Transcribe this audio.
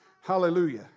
Hallelujah